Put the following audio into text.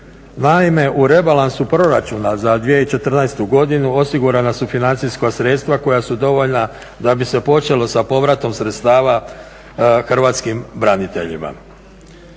Naime, u rebalansu proračuna za 2014. godinu osigurana su financijska sredstva koja su dovoljna da bi se počelo sa povratom sredstava Hrvatskim braniteljima.